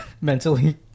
mentally